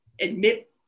admit